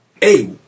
Hey